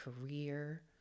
career